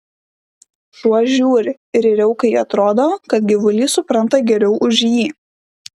šuo žiūri ir riaukai atrodo kad gyvulys supranta geriau už jį